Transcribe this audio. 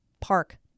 park